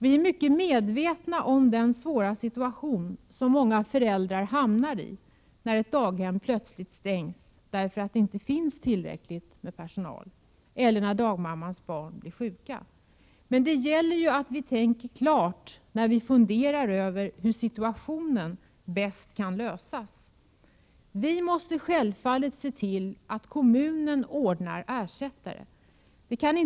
Vi är mycket medvetna om den svåra situation som många föräldrar hamnar i när ett daghem plötsligt stängs, därför att det inte finns tillräckligt med personal, eller när dagmammans barn blir sjuka. Men det gäller att vi tänker klart när vi funderar över hur situationen bäst kan lösas. Självfallet måste vi se till att kommunen ordnar ersättare. Det kant.ex.